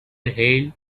hail